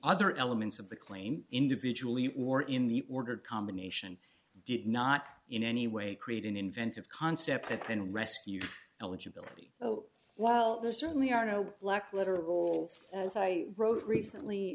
other elements of the claim individually or in the ordered combination did not in any way create an inventive concept that can rescue eligibility oh well there certainly are no black letter roles as i wrote recently